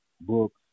books